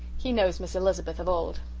he knows miss elizabeth of old.